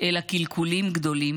אלא קלקולים גדולים,